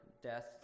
death